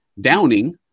downing